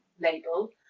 label